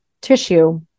tissue